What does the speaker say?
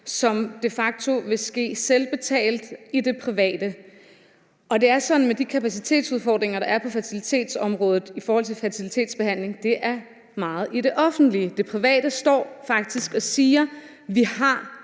som de facto vil ske selvbetalt i det private. Det er sådan med de kapacitetsudfordringer, der er på fertilitetsområdet i forhold til fertilitetsbehandling, at det er meget i det offentlige. I det private står man faktisk og siger: Vi har